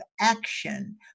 action